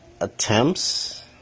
attempts